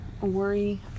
worry